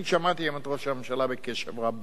אני שמעתי היום את ראש הממשלה בקשב רב מאוד.